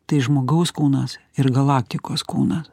tai žmogaus kūnas ir galaktikos kūnas